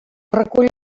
recull